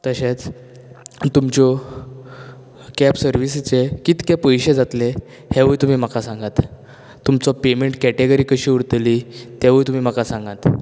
तशेंच तुमच्यो कॅब सर्विसिचे कितके पैशे जातले हेवूय तुमी म्हाका सांगात तुमचो पेमेन्ट कॅटेगरी कश्यो उरतली तेवूय तुमी म्हाका सांगात